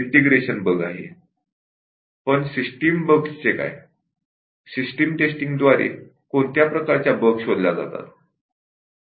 system टेस्टिंगद्वारे कोणत्या प्रकारच्या बग शोधल्या जातात